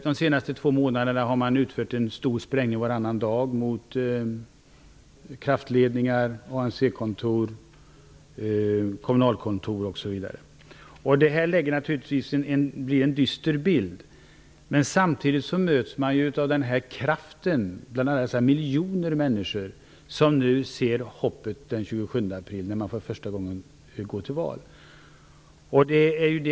De senaste två månaderna har man utfört en stor sprängning varannan dag mot kraftledningar, ANC-kontor, kommunalkontor osv. Detta ger naturligtvis en dyster bild. Men samtidigt möts man av en stor kraft bland alla dessa miljoner människor som ser hoppet den 27 april, när de för första gången går till val.